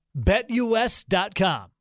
BetUS.com